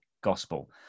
gospel